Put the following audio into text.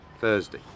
Thursday